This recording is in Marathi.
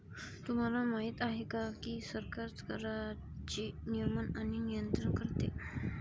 तुम्हाला माहिती आहे का की सरकार कराचे नियमन आणि नियंत्रण करते